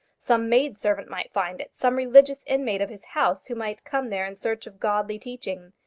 some maid-servant might find it some religious inmate of his house who might come there in search of godly teaching!